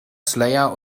slayer